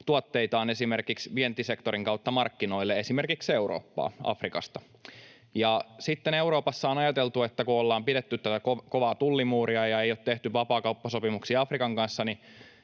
tuotteitaan esimerkiksi vientisektorin kautta markkinoille, esimerkiksi Eurooppaan Afrikasta. Sitten Euroopassa on ajateltu, että kun ollaan pidetty tätä kovaa tullimuuria ja ei ole tehty vapaakauppasopimuksia Afrikan kanssa,